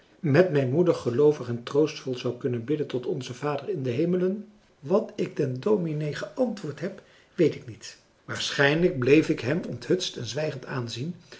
met mijn moeder geloovig en troostvol zou kunnen bidden tot onze vader in de hemelen wat ik den dominee geantwoord heb weet ik niet waarschijnlijk bleef ik hem onthutst en zwijgend aanzien